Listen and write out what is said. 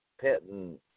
petting